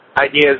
ideas